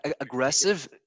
aggressive